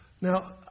Now